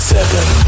Seven